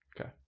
okay